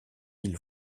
îles